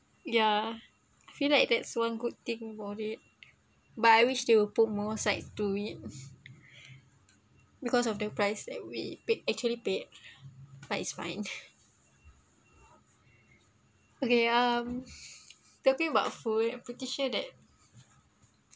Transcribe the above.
ya I feel like that's one good thing about it but I wish they would put more side to it because of the price that we paid actually paid but it's fine okay um talking about food I'm pretty sure that